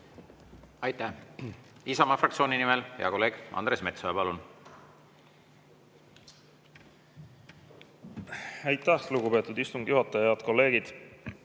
Aitäh! Isamaa fraktsiooni nimel hea kolleeg Andres Metsoja, palun! Aitäh, lugupeetud istungi juhataja! Head kolleegid!